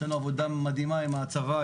יש לנו עבודה מדהימה עם הצבא,